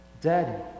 daddy